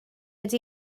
ydy